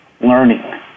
learning